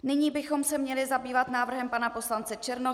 Nyní bychom se měli zabývat návrhem pana poslance Černocha.